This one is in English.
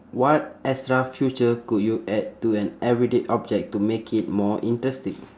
what extra feature could you add to an everyday object to make it more interesting